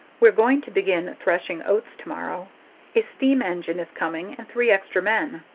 we're going to begin threshing oats tomorrow a steam engine is coming and three extra men.